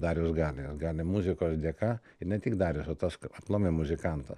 darius gali jis gali muzikos dėka ir ne tik darius o tas aplamai muzikanto